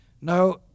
no